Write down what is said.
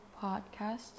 podcast